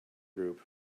group